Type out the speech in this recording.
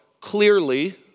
clearly